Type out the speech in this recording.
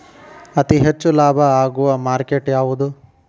ಅತಿ ಹೆಚ್ಚು ಲಾಭ ಆಗುವ ಮಾರ್ಕೆಟ್ ಯಾವುದು?